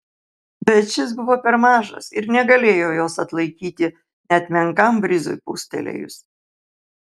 bet šis buvo per mažas ir negalėjo jos atlaikyti net menkam brizui pūstelėjus